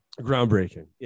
groundbreaking